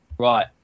Right